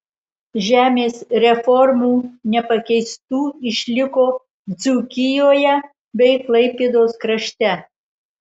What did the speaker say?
žemės reformų nepakeistų išliko dzūkijoje bei klaipėdos krašte